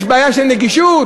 יש בעיה של נגישות?